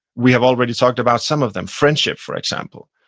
we have already talked about some of them friendship, for example.